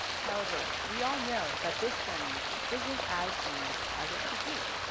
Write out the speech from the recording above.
however, we all know that this journey isn't as seamless as it should be.